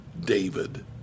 David